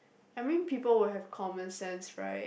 I mean people will have common sense right